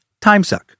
timesuck